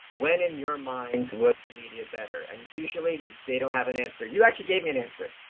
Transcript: when, in your minds, was the media better, and usually they don't have an answer. you actually gave me an answer,